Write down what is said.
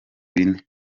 bine